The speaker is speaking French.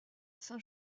saint